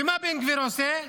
ומה בן גביר עושה?